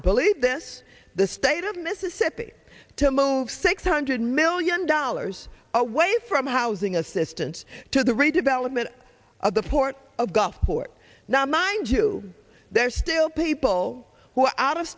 bullied this the state of mississippi to move six hundred million dollars away from housing assistance to the redevelopment of the port of gulfport now mind you there are still people who are out of